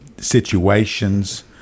situations